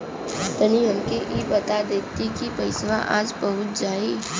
तनि हमके इ बता देती की पइसवा आज पहुँच जाई?